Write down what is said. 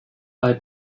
bei